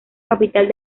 capital